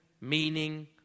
meaning